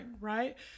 right